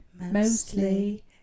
Mostly